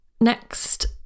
Next